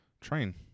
train